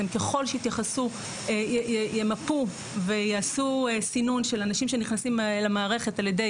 ככל שימפו ויעשו סינון של אנשים שנכנסים למערכת על-ידי